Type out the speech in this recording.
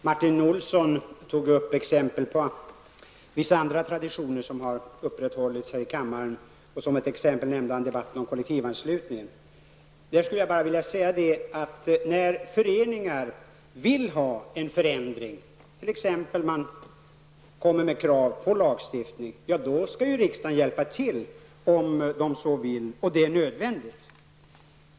Herr talman! Martin Olsson anförde exempel på andra traditioner som upprätthållits här i kammaren. Som exempel nämnde han debatten om kollektivanslutningen. På den punkten skulle jag bara vilja säga att när föreningar vill ha till stånd en förändring -- när man t.ex. kommer med krav på lagstiftning -- skall riksdagen naturligtvis hjälpa till, om man så vill, och det är nödvändigt.